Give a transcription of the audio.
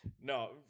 No